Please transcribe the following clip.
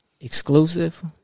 Exclusive